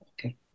Okay